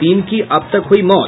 तीन की अब तक हुयी मौत